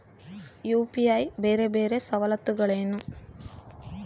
UPI ಬೇರೆ ಬೇರೆ ಸವಲತ್ತುಗಳೇನು?